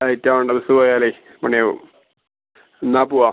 ആ ലേറ്റാവണ്ട ബെസ്സ് പോയാലേ പണിയാവും എന്നാൽ പൂവാം